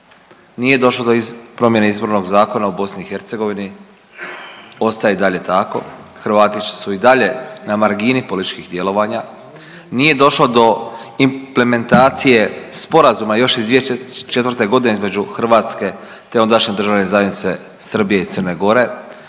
Nije došlo do promjene Izbornog zakona u BiH ostaje i dalje tako, Hrvatići su i dalje na margini političkih djelovanja. Nije došlo do implementacije Sporazuma još iz 2004. g. između Hrvatske te ondašnje Državne zajednice Srbije i Crne Gore.